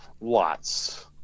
lots